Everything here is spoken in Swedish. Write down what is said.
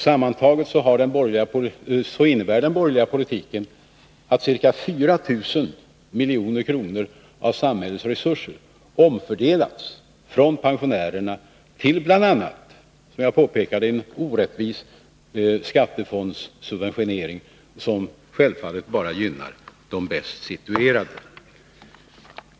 Sammantaget innebär den borgerliga politiken att ca 4 miljarder kronor av samhällets resurser omfördelats från pensionärerna till bl.a. — som jag tidigare påpekade — en orättvis skattefondssubventionering, vilken självfallet bara gynnar de bäst situerade.